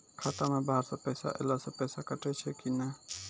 खाता मे बाहर से पैसा ऐलो से पैसा कटै छै कि नै?